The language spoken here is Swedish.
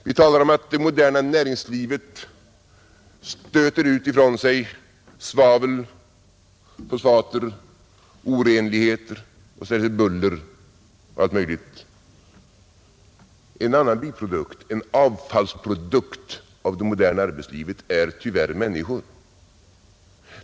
Vi talar om att det moderna näringslivet stöter ifrån sig svavel, fosfater, orenligheter och ställer till buller och allt möjligt. En annan biprodukt, en avfallsprodukt av det moderna arbetslivet, är tyvärr människor.